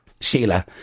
Sheila